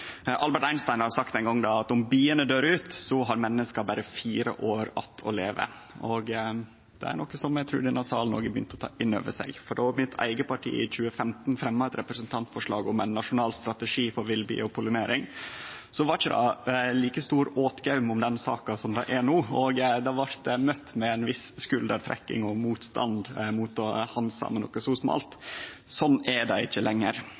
Albert Einstein har ein gong sagt at om biene døyr ut, har menneska berre fire år att å leve. Det er noko som eg trur òg denne salen har begynt å ta inn over seg, for då mitt eige parti i 2015 fremja eit representantforslag om ein nasjonal strategi for villbier og pollinering, var det ikkje like stor åtgaum om saka som det er no. Det blei møtt med ei viss skuldertrekking og motstand mot å handsame noko så smalt. Slik er det ikkje lenger.